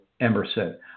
Emerson